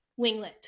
winglet